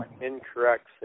incorrect